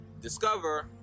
discover